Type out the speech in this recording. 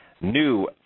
New